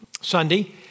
Sunday